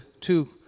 two